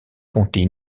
comptait